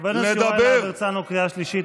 חבר הכנסת יוראי להב הרצנו, קריאה שלישית.